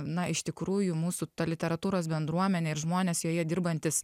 na iš tikrųjų mūsų literatūros bendruomenė ir žmonės joje dirbantys